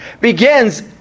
begins